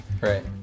Right